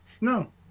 No